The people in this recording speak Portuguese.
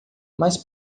mas